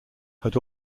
had